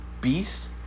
beast